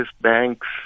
banks